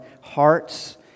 hearts